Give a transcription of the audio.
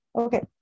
okay